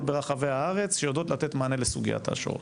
ברחבי הארץ שיודעות לתת מענה לסוגיית האשרות.